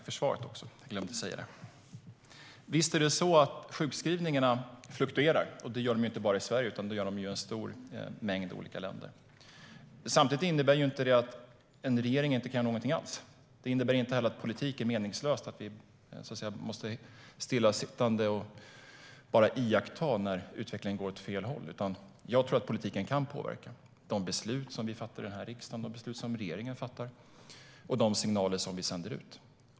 Herr talman! Jag glömde tacka statsrådet för svaret. Visst fluktuerar sjukskrivningarna. Det gör de inte bara i Sverige utan i en mängd olika länder. Det innebär dock inte att en regering inte kan göra någonting alls eller att politik är meningslöst och att vi stillasittande måste iaktta när utvecklingen går åt fel håll. Jag tror att politiken kan påverka med de beslut vi fattar i riksdagen, de beslut regeringen fattar och de signaler vi sänder ut.